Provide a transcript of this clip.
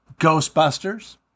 Ghostbusters